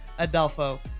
Adolfo